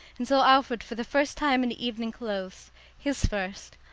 and saw alfred for the first time in evening clothes his first.